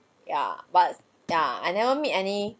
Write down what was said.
yeah but yeah I never meet any